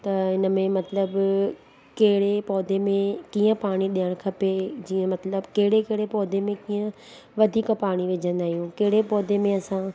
त इनमें मतिलबु कहिड़े पौधे में कीअं पाणी ॾियणु खपे जीअं मतिलबु कहिड़े कहिड़े पौधे में कीअं वधीक पाणी विझंदा आहियूं कहिड़े पौधे में असां